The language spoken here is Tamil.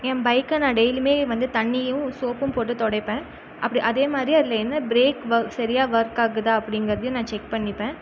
என் பைக்கை நான் டெய்லியுமே வந்து தண்ணியும் சோப்பும் போட்டு துடைப்பேன் அப்படி அதேமாதிரி அதில் என்ன பிரேக் சரியாக ஒர்க் ஆகுதா அப்படிங்கிறதையும் நான் செக் பண்ணிப்பேன்